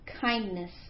kindness